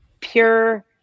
pure